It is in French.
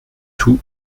tout